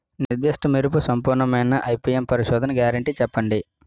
నిర్దిష్ట మెరుపు సంపూర్ణమైన ఐ.పీ.ఎం పరిశోధన గ్యారంటీ చెప్పండి?